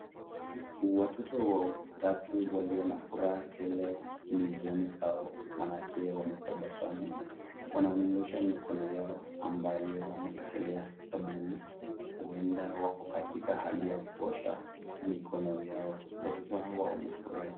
Watoto watatu walio na furaha tele nyusoni zao maanake wametabasaamu wanaonyesha mikono yao ambayo wameekelea sabuni. Huenda wako katika hali ya kuosha mikono yao. Watoto hawa wamefurahi.